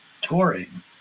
touring